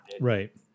right